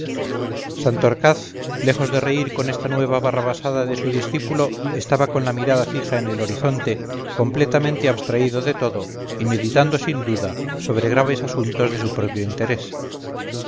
santorcaz lejos de reír con esta nueva barrabasada de su discípulo estaba con la mirada fija en el horizonte completamente abstraído de todo y meditando sin duda sobre graves asuntos de su propio interés